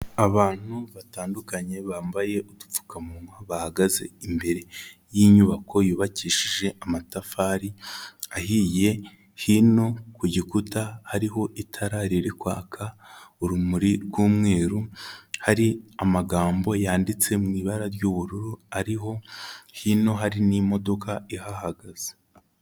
Abantu batandukanye bambaye udupfukamunwa bahagaze imbere y'inyubako yubakishije amatafari ahiye, hino ku gikuta hariho itara riri kwaka urumuri rw'umweru, hari amagambo yanditse mu ibara ry'ubururu ariho, hino hari n'imodoka ihahagaze.